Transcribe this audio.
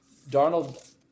Darnold